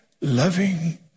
loving